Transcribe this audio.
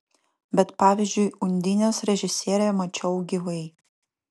bet pavyzdžiui undinės režisierę mačiau gyvai